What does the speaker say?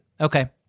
okay